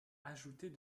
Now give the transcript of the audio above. ajoutées